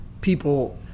People